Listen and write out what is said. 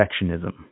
perfectionism